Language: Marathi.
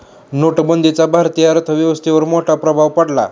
नोटबंदीचा भारतीय अर्थव्यवस्थेवर मोठा प्रभाव पडला